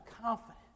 confident